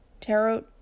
tarot